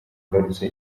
agarutse